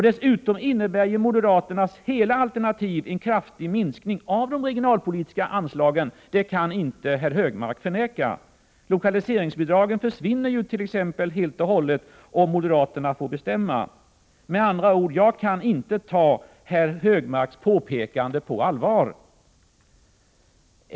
Dessutom innebär moderaternas hela alternativ en kraftig minskning av de regionalpolitiska anslagen — det kan inte herr Högmark förneka. Lokaliseringsbidragen försvinner ju t.ex. helt och hållet, om moderaterna får bestämma. Med andra ord: Jag kan inte ta herr Högmarks påpekanden på allvar.